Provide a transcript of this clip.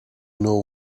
know